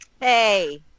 Hey